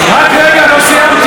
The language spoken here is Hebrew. רק רגע, לא סיימתי.